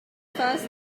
first